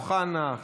אמיר אוחנה,